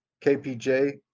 KPJ